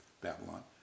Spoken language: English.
Babylon